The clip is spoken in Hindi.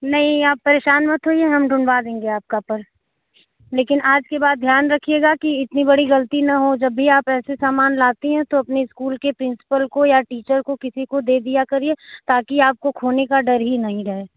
नहीं आप परेशान मत होइए हम ढूंढ़वा देंगे आपका पर्स लेकिन आज के बाद ध्यान रखियेगा कि इतनी बड़ी गलती न हो जब भी आप ऐसे सामान लाती हैं तो अपने स्कुल के प्रिंसपल को या टीचर को किसी को दे दिया करिये ताकि आपको खोने का डर ही नहीं रहे